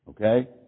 Okay